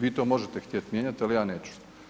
Vi to možete htjet mijenjati ali ja neću.